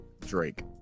drake